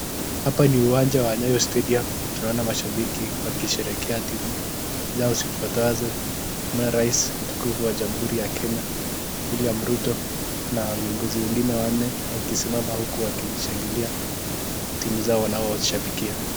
Hapa ni uwanja wa Nyayo Stadium tunaona washabiki wanaosherekea timu zao sifuatazo, tuna Rais mkuu wa jamhuri ya Kenya William Ruto, na viongozi wengine wanne wakisimama huku wakishangilia timu zao wanaoshabikia.